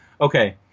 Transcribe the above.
okay